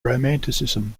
romanticism